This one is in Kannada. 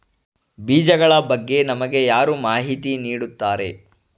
ಬೀಜಗಳ ಬಗ್ಗೆ ನಮಗೆ ಯಾರು ಮಾಹಿತಿ ನೀಡುತ್ತಾರೆ?